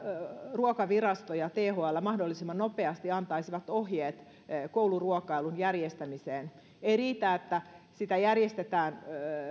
ruokavirasto ja thl mahdollisimman nopeasti antaisivat ohjeet kouluruokailun järjestämisestä ei riitä että sitä järjestetään